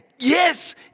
Yes